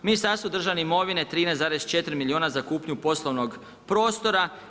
Ministarstvo državne imovine 13,4 milijuna za kupnju poslovnog prostora.